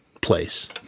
place